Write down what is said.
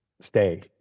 stay